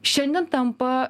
šiandien tampa